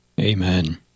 Amen